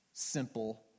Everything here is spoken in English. Simple